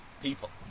people